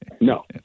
No